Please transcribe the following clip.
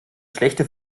schlechte